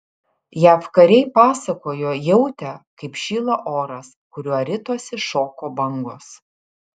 jav kariai pasakojo jautę kaip šyla oras kuriuo ritosi šoko bangos